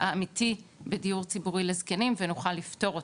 האמיתי לדיור ציבורי לזקנים ונוכל לפתור אותו.